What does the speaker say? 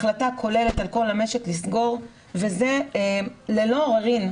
החלטה כוללת על כל המשק לסגור, וזה ללא עוררין.